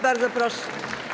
Bardzo proszę.